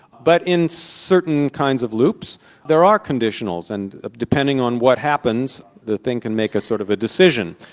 but in certain kinds of loops there are conditionals, and depending on what happens, the thing can make a sort of a decision,